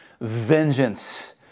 vengeance